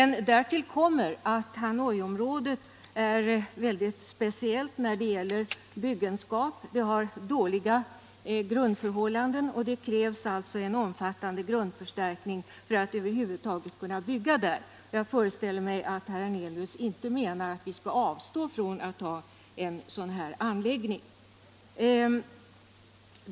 Därtill kommer att Hanoiområdet är sådant att det försvårar och fördyrar byggenskap. Det har dåliga grundförhållanden, och det krävs en omfattande grundförstärkning för att man över huvud taget skall kunna bygga där. Jag föreställer mig att herr Hernelius inte menar att vi skall avstå från att uppföra en ambassadanläggning.